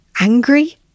angry